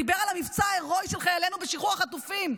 דיבר על המבצע ההירואי של חיילינו בשחרור החטופים.